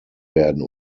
werden